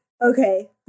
Okay